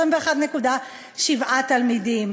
21.7 תלמידים.